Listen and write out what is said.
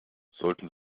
sollten